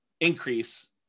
increase